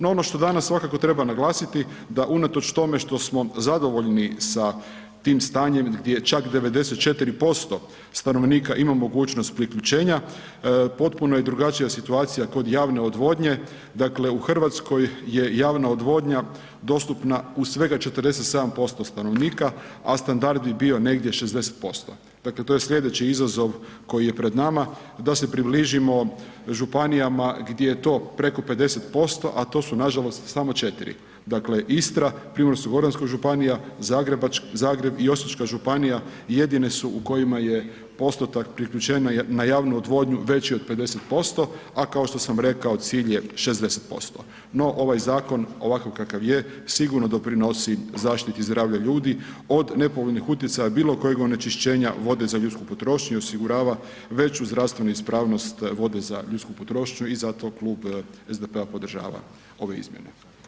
No ono što danas svakako treba naglasiti da unatoč tome što smo zadovoljni sa tim stanjem gdje čak 94% stanovnika ima mogućnost priključenja, potpuno je drugačija situacija kod javne odvodnje, dakle u RH je javna odvodnja dostupna u svega 47% stanovnika, a standard bi bio negdje 60%, dakle to je slijedeći izazov koji je pred nama da se približimo županijama gdje je to preko 50%, a to su nažalost samo 4, dakle Istra, Primorsko-goranska županija, Zagreb i Osječka županija jedine su u kojima je postotak priključenja na javnu odvodnju veći od 50%, a kao što sam rekao cilj je 60%, no ovaj zakon ovakav kakav je sigurno doprinosi zaštiti zdravlja ljudi od nepovoljnih utjecaja bilo kojeg onečišćenja vode za ljudsku potrošnju osigurava veću zdravstvenu ispravnost vode za ljudsku potrošnju i zato Klub SDP-a podržava ove izmjene.